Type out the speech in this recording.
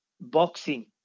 boxing